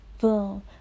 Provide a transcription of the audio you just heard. boom